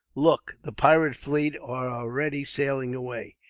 look, the pirate fleet are already sailing away.